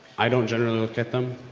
i don't generally look at them.